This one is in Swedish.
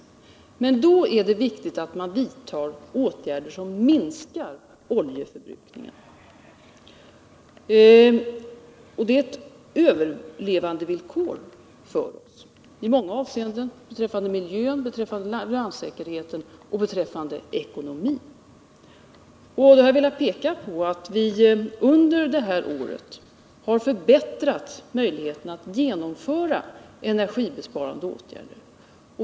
I det läget är det viktigt att man vidtar åtgärder som minskar oljeförbrukningen. Det är ett överlevandevillkor för oss i många avseenden — beträffande miljön och brandsäkerheten och, inte minst, beträffande ekonomin. Jag har velat peka på att vi under detta år har förbättrat möjligheterna att genomföra energibesparande åtgärder.